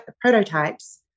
prototypes